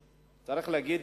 צריך להגיד,